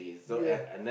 ya